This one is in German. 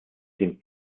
dem